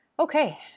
Okay